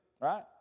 right